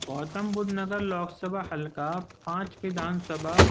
گوتم بدھ نگر لوک سبھا حلقہ پانچ ودھان سبھا